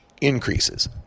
increases